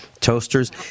Toasters